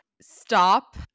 stop